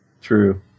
True